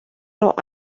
los